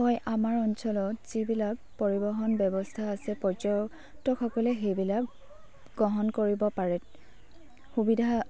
হয় আমাৰ অঞ্চলত যিবিলাক পৰিৱহণ ব্যৱস্থা আছে পৰ্যটকসকলে সেইবিলাক গ্ৰহণ কৰিব পাৰে সুবিধা